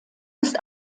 ist